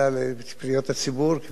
ובה